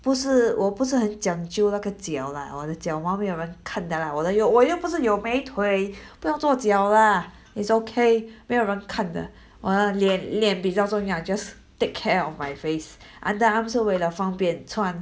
不是我不是很讲究那个脚啦我的脚毛没有人看的啦我的我又不是有美腿不用做脚啦 it's okay 没有人看的我我的脸脸比较重要 just take care of my face underarm 是为了方便穿